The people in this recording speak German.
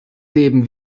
leben